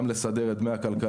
זה לסדר את דמי הכלכלה,